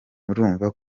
urumva